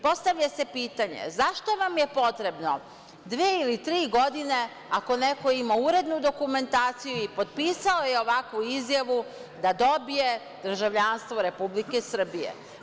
Postavlja se pitanje, zašto vam je potrebno dve ili tri godine ako neko ima urednu dokumentaciju i potpisao je ovakvu izjavu da dobije državljanstvo Republike Srbije?